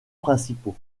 principaux